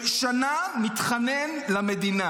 שנה מתחנן למדינה,